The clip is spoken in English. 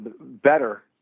better